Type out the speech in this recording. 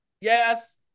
Yes